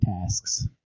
tasks